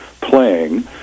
playing